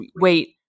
wait